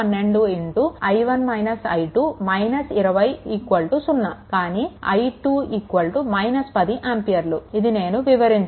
కానీ i2 10 ఆంపియర్లు ఇది నేను వివరించాను